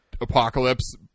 apocalypse